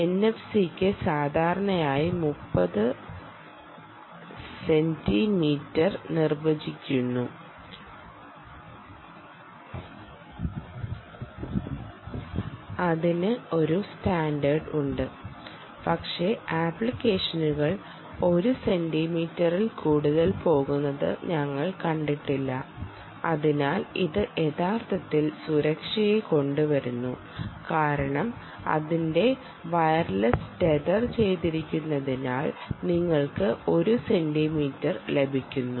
എൻഎഫ്സിക്ക് സാധാരണയായി 30 സെന്റിമീറ്റർ നിർവചിക്കുന്ന ഒരു സ്റ്റാൻഡേർഡ് ഉണ്ട് പക്ഷേ ആപ്ലിക്കേഷനുകൾ 1 സെന്റിമീറ്ററിൽ കൂടുതൽ പോകുന്നത് ഞങ്ങൾ കണ്ടിട്ടില്ല അതിനാൽ ഇത് യഥാർത്ഥത്തിൽ സുരക്ഷയെ കൊണ്ടുവരുന്നു കാരണം അതിന്റെ വയർലെസ് ടെതർ ചെയ്തിരിക്കുന്നതിനാൽ നിങ്ങൾക്ക് ഒരു സെന്റിമീറ്റർ ലഭിക്കുന്നു